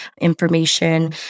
information